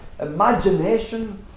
imagination